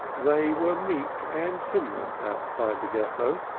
they were meek and timorous outside the ghetto,